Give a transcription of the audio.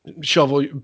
shovel